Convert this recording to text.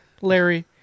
Larry